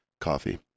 coffee